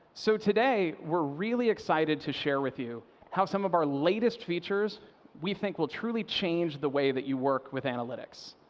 so today we're really excited to share with you how some of our latest features we think will truly change the way that you work with analytics.